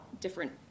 different